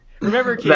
Remember